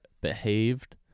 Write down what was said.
behaved